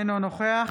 אינו נוכח